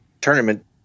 tournament